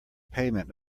payment